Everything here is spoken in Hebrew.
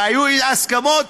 והיו אי-הסכמות,